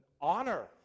honor